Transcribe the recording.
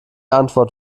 antwort